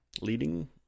leading